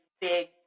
big